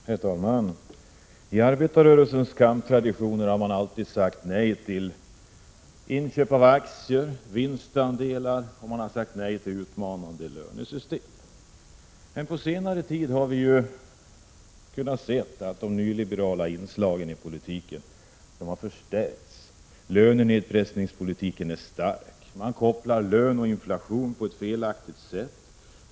Herr talman! Arbetarrörelsens kamptraditioner har alltid inneburit att man sagt nej till inköp av aktier och vinstandelar samt att man har sagt nej till utmanande lönesystem. Men på senare tid har vi kunnat se att de nyliberala inslagen i politiken har förstärkts. Lönenedpressningspolitiken är stark. Man kopplar samman lön och inflation på ett felaktigt sätt.